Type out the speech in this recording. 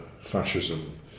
fascism